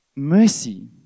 Mercy